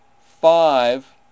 five